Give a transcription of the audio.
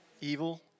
evil